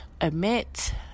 admit